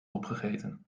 opgegeten